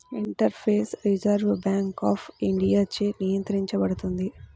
interface reserve bank of ఇండియాచే నియంత్రించబడుతుంది